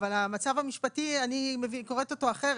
המצב המשפטי אחרת,